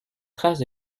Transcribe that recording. trace